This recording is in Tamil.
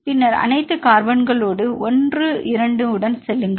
பின்னர் அனைத்து கார்பன்களோடு 1 2 உடன் செல்லுங்கள்